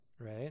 right